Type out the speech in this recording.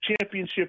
championship